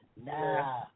Nah